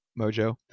mojo